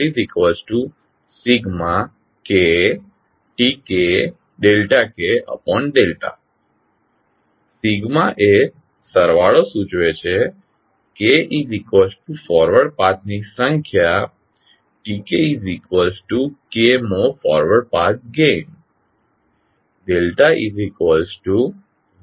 GCRkTkk એ સરવાળો સૂચવે છે k ફોરવર્ડ પાથની સંખ્યા Tk k મો ફોરવર્ડ પાથ ગેઇન